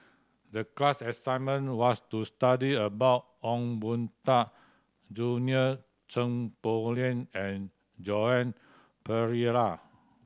the class assignment was to study about Ong Boon Tat Junie Sng Poh Leng and Joan Pereira